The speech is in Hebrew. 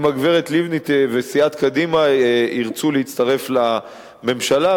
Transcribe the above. הגברת לבני וסיעת קדימה ירצו להצטרף לממשלה.